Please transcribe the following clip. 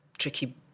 Tricky